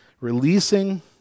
releasing